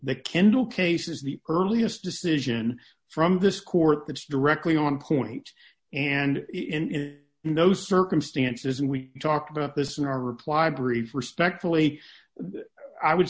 is the earliest decision from this court that's directly on point and in those circumstances and we talked about this in our reply brief respectfully i would